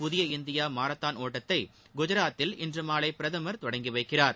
புதிய India marathon ஒட்டத்தை குஜராத்தில் இன்றுமாலை பிரதமர் தொடங்கிவைக்கிறார்